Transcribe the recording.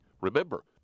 Remember